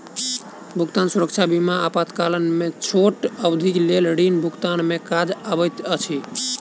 भुगतान सुरक्षा बीमा आपातकाल में छोट अवधिक लेल ऋण भुगतान में काज अबैत अछि